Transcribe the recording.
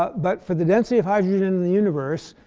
but but for the density of hydrogen in the universe,